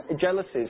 jealousies